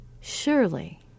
Surely